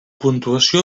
puntuació